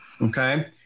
Okay